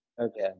okay